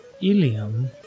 ilium